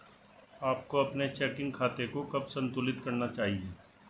आपको अपने चेकिंग खाते को कब संतुलित करना चाहिए?